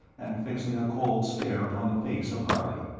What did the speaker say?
and fixing a cold stare upon the face of harley.